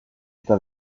eta